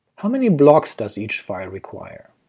how many blocks does each file require?